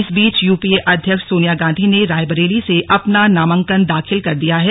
इस बीच यूपीए अध्यक्ष सोनिया गांधी ने रायबरेली से अपना नामांकन दाखिल कर दिया है